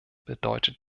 bedeutet